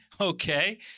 okay